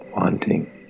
wanting